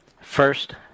First